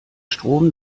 strom